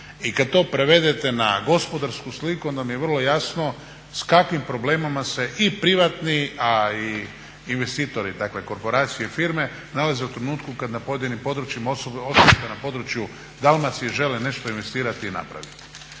I kad to prevedete na gospodarsku sliku onda mi je vrlo jasno s kakvim problemima se i privatni, a i investitori, dakle korporacije i firme, nalaze u trenutku kad na pojedinim područjima osobito na području Dalmacije žele nešto investirati i napraviti.